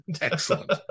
Excellent